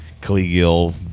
collegial